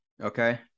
Okay